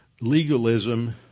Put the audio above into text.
legalism